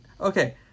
okay